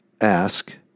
Ask